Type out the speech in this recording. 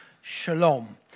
Shalom